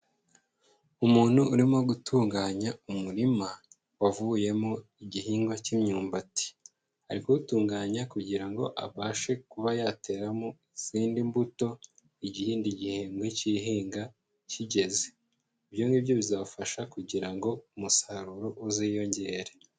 Umuntu urimo gutunganya umurima wavuyemo igihingwa cy'imyumbati, ari kuwutunganya kugira ngo abashe kuba yateramo izindi mbuto, ikindi gihembwe cy'ihinga kigeze, ibyo ngibyo bizafasha kugira ngo umusaruro uziyongere.